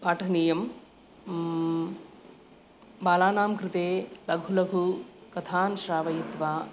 पाठनीयं बालानां कृते लघु लघु कथान् श्रावयित्वा